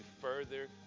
further